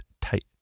tight